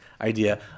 idea